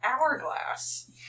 hourglass